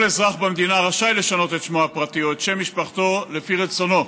כל אזרח במדינה רשאי לשנות את שמו הפרטי או את שם משפחתו לפי רצונו,